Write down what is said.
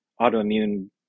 autoimmune